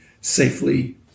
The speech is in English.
safely